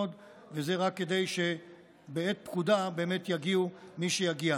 על הנייר רק כדי שבעת פקודה באמת יגיע מי שיגיע.